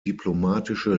diplomatische